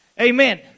Amen